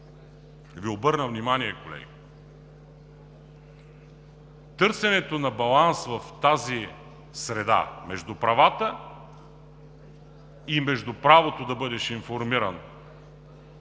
Ви обърна внимание, колеги. Търсенето на баланс в тази среда – между правата и между правото да бъдеш информиран,